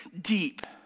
deep